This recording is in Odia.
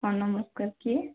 ହଁ ନମସ୍କାର କିଏ